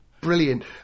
brilliant